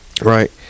Right